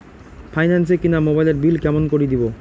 Finance এ কিনা মোবাইলের বিল কেমন করে দিবো?